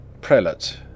Prelate